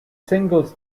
singles